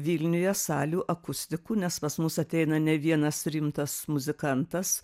vilniuje salių akustikų nes pas mus ateina ne vienas rimtas muzikantas